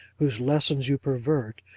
whose lessons you pervert,